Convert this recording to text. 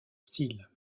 styles